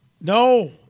no